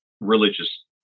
religious